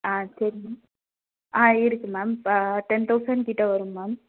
ஆ சரி மேம் ஆ இருக்குது மேம் இப்போ டென் தௌசண் கிட்டே வரும் மேம்